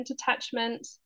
attachment